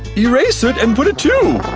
erase it and put a two!